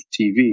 TV